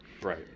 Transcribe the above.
Right